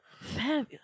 Fabulous